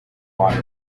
wire